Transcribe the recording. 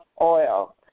oil